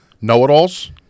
know-it-alls